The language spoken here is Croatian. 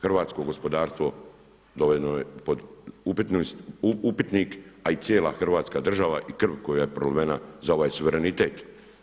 Hrvatsko gospodarstvo dovedeno je pod upitnik a i cijela Hrvatska država i krv koja je prolivena za ova suverenitet.